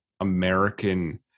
American